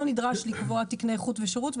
לא נדרש לקבוע תקני איכות ושירות,